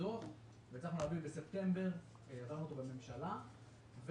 כשבספטמבר העברנו אותו בממשלה.